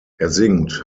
singt